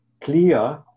clear